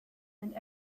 and